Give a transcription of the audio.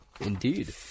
Indeed